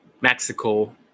Mexico